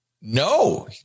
No